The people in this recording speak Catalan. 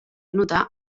notar